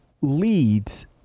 leads